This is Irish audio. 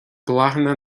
bláthanna